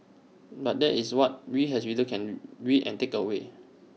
but that is what we as readers can read and take away